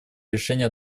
решения